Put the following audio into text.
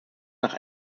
nach